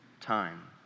time